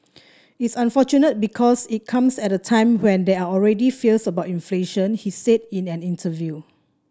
it's unfortunate because it comes at a time when there are already fears about inflation he said in an interview